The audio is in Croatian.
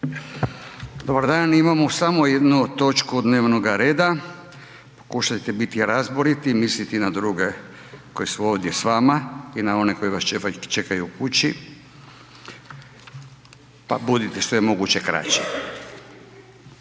Dobar dan. Imamo samo jednu točku dnevnoga reda, pokušajte biti razboriti i misliti na druge koji su ovdje s vama i na one koji vas čekaju u kući, pa budite što je moguće kraći,